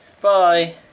Bye